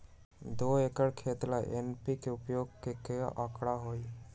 दो एकर खेत ला एन.पी.के उपयोग के का आंकड़ा होई?